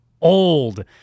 old